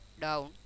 down